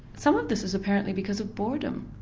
some of this is apparently because of boredom,